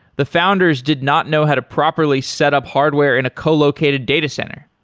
the founders did not know how to properly set up hardware in a co-located data center.